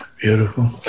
Beautiful